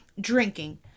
drinking